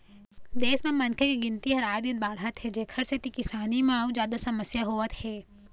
देश म मनखे के गिनती ह आए दिन बाढ़त हे जेखर सेती किसानी म अउ जादा समस्या होवत हे